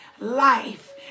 Life